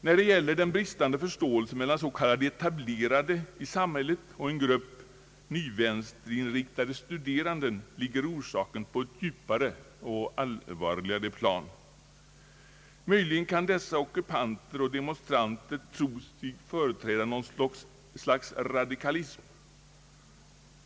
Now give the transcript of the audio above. Orsaken till den bristande förståelsen mellan de s.k. etablerade i samhället och en grupp nyvänsterinriktade studerande ligger på ett djupare och allvarligare plan. Möjligen kan dessa ockupanter och demonstranter tro sig företräda någon form av radikalism.